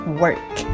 work